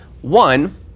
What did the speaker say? One